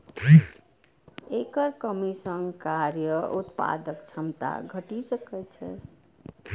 एकर कमी सं कार्य उत्पादक क्षमता घटि सकै छै